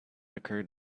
occurred